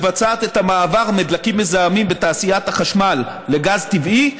שמבצעת את המעבר מדלקים מזהמים בתעשיית החשמל לגז הטבעי,